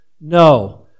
No